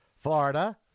Florida